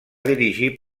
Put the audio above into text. dirigir